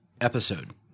episode